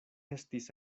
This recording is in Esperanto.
estis